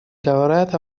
говорят